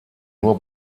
nur